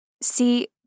See